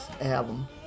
album